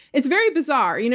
it's very bizarre. you know